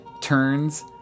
turns